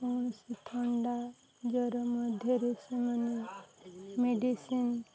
କୌଣସି ଥଣ୍ଡା ଜ୍ୱର ମଧ୍ୟରେ ସେମାନେ ମେଡ଼ିସିନ୍